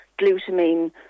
glutamine